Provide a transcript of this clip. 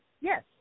Yes